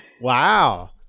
Wow